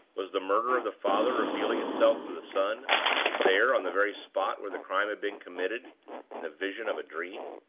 was the murder of the father revealing itself to the son there, on the very spot where the crime had been committed in the vision of a dream?